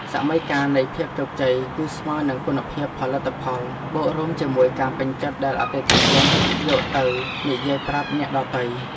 សមីការនៃភាពជោគជ័យគឺស្មើនឹងគុណភាពផលិតផលបូករួមជាមួយការពេញចិត្តដែលអតិថិជនយកទៅនិយាយប្រាប់អ្នកដទៃ។